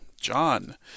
John